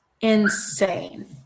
Insane